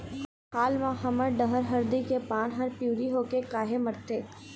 हाल मा हमर डहर हरदी के पान हर पिवरी होके काहे मरथे?